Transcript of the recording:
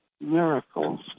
miracles